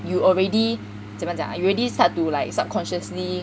you already 怎么讲 you already start to like subconsciously